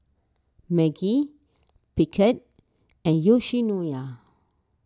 Maggi Picard and Yoshinoya